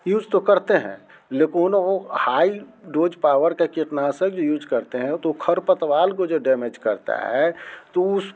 use तो करते हैं हाई डोज पावर का कीटनाशक भी यूज करते हैं तो वो खर पतवाल को जो डैमेज करता है तो उस